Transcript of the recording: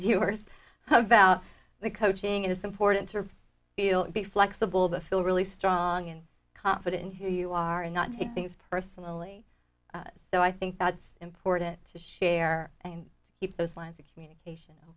viewers about the coaching it is important to feel be flexible to feel really strong and confident in who you are and not take things personally so i think that's important to share and keep those lines of communication